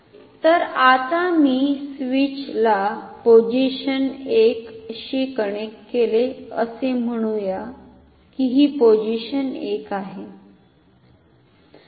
तर आता मी स्विचला पोझिशन 1 शी कनेक्ट केले असे म्हणुया की हि पोझिशन 1 आहे